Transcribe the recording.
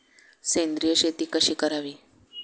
सेंद्रिय शेती कशी करावी?